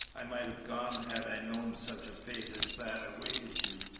i might have gone had i known such a fate as that awaited you,